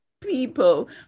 people